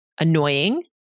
annoying